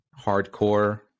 hardcore